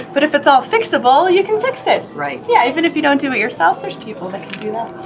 but if it's all fixable, you can fix it. right. yeah, even if you don't do it yourself there's people that can do you know